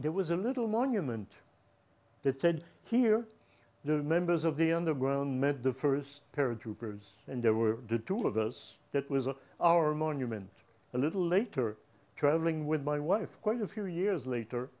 there was a little monument that said here the members of the underground meant the first paratroopers and there were the two of us that was our monument a little later travelling with my wife quite a few years later